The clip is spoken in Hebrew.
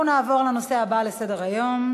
אנחנו נעבור לנושא הבא בסדר-היום: